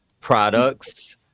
products